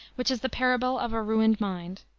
which is the parable of a ruined mind,